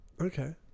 Okay